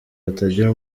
hatagira